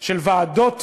של ועדות